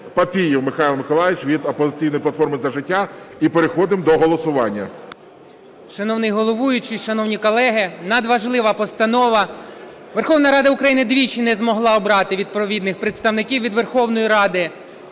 Папієв Михайло Миколайович від "Опозиційної платформи – За життя". І переходимо до голосування. 10:58:09 БАКУМОВ О.С. Шановний головуючий, шановні колеги, надважлива постанова. Верховна Рада України двічі не змогла обрати відповідних представників від Верховної Ради.